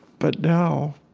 but now,